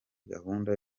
gahunda